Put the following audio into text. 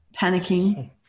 panicking